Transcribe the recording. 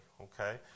okay